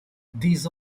these